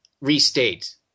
restate